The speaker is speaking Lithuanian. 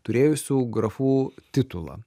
turėjusių grafų titulą